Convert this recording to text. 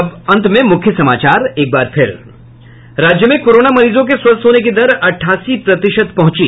और अब अंत में मुख्य समाचार राज्य में कोरोना मरीजों के स्वस्थ होने की दर अठासी प्रतिशत पहुंची